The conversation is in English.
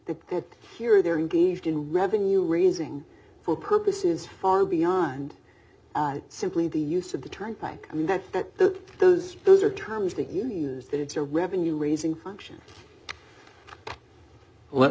they're here they're engaged in revenue raising for purposes far beyond simply the use of the turnpike and that's that those those are terms that you use that it's a revenue raising function let